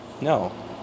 No